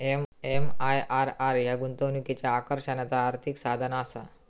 MIRR ह्या गुंतवणुकीच्या आकर्षणाचा आर्थिक साधनआसा